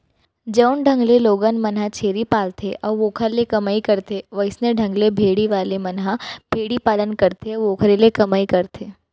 जउन ढंग ले लोगन मन ह छेरी पालथे अउ ओखर ले कमई करथे वइसने ढंग ले भेड़ी वाले मन ह भेड़ी पालन करथे अउ ओखरे ले कमई करथे